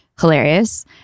hilarious